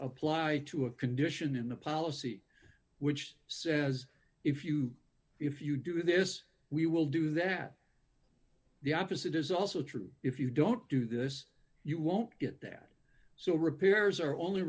apply to a condition in the policy which says if you if you do this we will do that the opposite is also true if you don't do this you won't get that so repairs are only